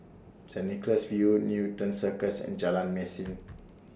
Saint Nicholas View Newton Circus and Jalan Mesin